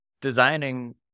designing